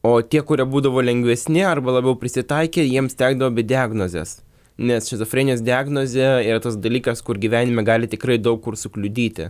o tie kurie būdavo lengvesni arba labiau prisitaikę jiems tekdavo be diagnozės nes šizofrenijos diagnozė yra tas dalykas kur gyvenime gali tikrai daug kur sukliudyti